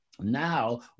now